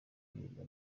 guhirwa